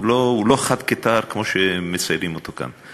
הוא לא חד כתער כמו שמציירים אותו כאן.